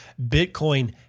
Bitcoin